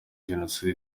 jenoside